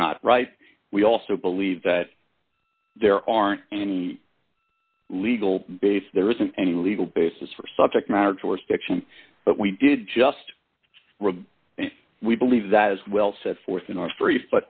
not right we also believe that there aren't any legal base there isn't any legal basis for subject matter jurisdiction but we did just we believe that as well set forth in our free foot